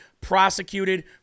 prosecuted